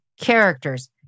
characters